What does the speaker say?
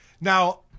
Now